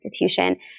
institution